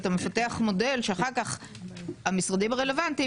אתה מפתח מודל שאחר כך המשרדים הרלוונטיים